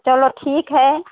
चलो ठीक है